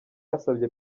yasabye